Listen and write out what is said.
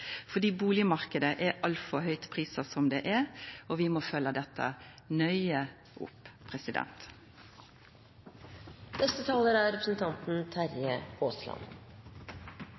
er altfor høgt prisa som han er. Vi må følgja dette nøye opp.